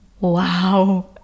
Wow